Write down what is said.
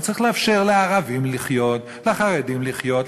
הוא צריך לאפשר לערבים לחיות ולחרדים לחיות,